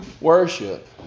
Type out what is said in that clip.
worship